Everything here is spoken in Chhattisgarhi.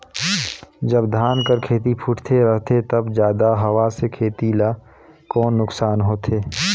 जब धान कर खेती फुटथे रहथे तब जादा हवा से खेती ला कौन नुकसान होथे?